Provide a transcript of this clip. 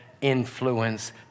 influence